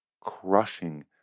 crushing